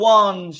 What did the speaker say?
one